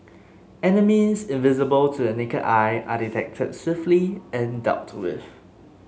enemies invisible to the naked eye are detected swiftly and dealt with